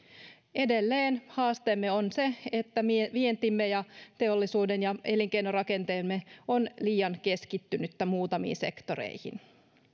edelleen haasteemme on se että vientimme ja teollisuutemme ja elinkeinorakenteemme on liian keskittynyt muutamiin sektoreihin